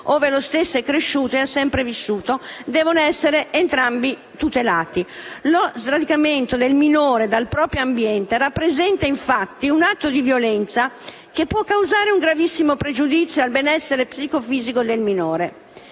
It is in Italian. ove lo stesso è cresciuto ed ha sempre vissuto, devono essere entrambi tutelati. Lo sradicamento del minore dal proprio ambiente rappresenta infatti un atto di violenza che può causare un gravissimo pregiudizio al benessere psicofisico del minore.